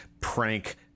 prank